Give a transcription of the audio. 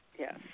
Yes